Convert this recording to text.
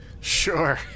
Sure